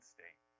State